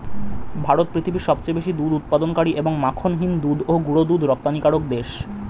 ভারত পৃথিবীর সবচেয়ে বেশি দুধ উৎপাদনকারী এবং মাখনহীন দুধ ও গুঁড়ো দুধ রপ্তানিকারী দেশ